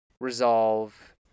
resolve